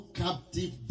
captive